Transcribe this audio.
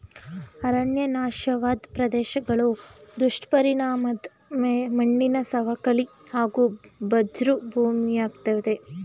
ಅರಣ್ಯ ನಾಶವಾದ್ ಪ್ರದೇಶ್ಗಳು ದುಷ್ಪರಿಣಾಮದ್ ಮಣ್ಣಿನ ಸವಕಳಿ ಹಾಗೂ ಬಂಜ್ರು ಭೂಮಿಯಾಗ್ತದೆ